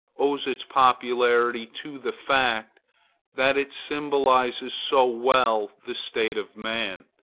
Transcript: owes its popularity to the fact that it symbolizes so well the state of man,